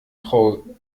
frau